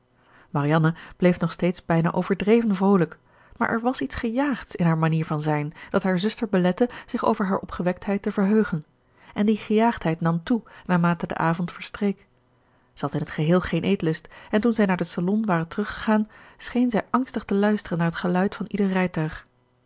marianne bleef nog steeds bijna overdreven vroolijk maar er was iets gejaagds in haar manier van zijn dat haar zuster belette zich over haar opgewektheid te verheugen en die gejaagdheid nam toe naarmate de avond verstreek zij had in t geheel geen eetlust en toen zij naar den salon waren teruggegaan scheen zij angstig te luisteren naar het geluid van ieder